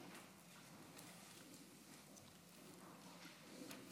שני קריטריונים מתוך שבעה לקבלת שירות מהמרכזים אשר מופיעים באתר